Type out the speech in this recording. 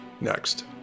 next